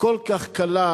כל כך קלה,